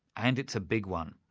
and it's a big one.